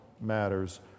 matters